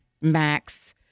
Max